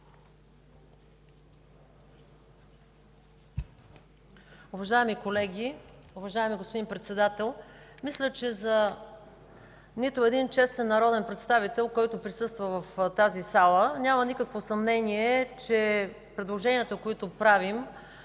Председател, уважаеми колеги! Мисля, че за нито един честен народен представител, който присъства в тази зала, няма никакво съмнение, че предложенията, които правим,